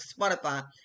spotify